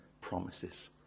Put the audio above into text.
promises